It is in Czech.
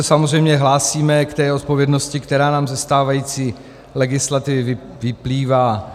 Samozřejmě se hlásíme k odpovědnosti, která nám ze stávající legislativy vyplývá.